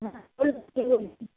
হ্যাঁ বলুন কে বলছেন